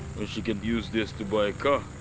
when she can use this to buy a car.